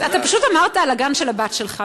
פשוט דיברת על הגן של הבת שלך,